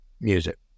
music